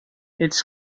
its